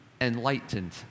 enlightened